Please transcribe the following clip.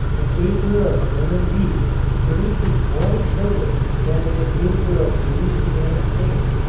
an acre of german beets produces more sugar than an acre of louisiana cane.